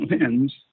lens